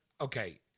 okay